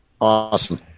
Awesome